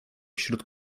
wśród